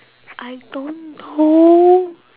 I don't know